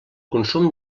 consum